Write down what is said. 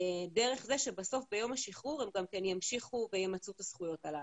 דרך זה שבסוף ביום השחרור הם גם כן ימשיכו וימצו את הזכויות הללו.